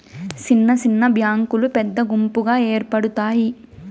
సిన్న సిన్న బ్యాంకులు పెద్ద గుంపుగా ఏర్పడుతాయి